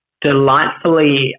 delightfully